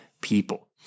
people